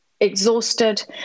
exhausted